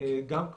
גם